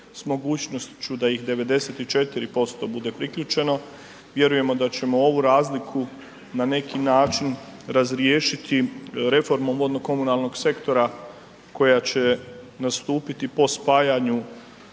s mogućnošću da ih 94% bude priključeno, vjerujemo da ćemo ovu razliku na neki način razriješiti reformom vodno komunalnog sektora koja će nastupiti po spajanju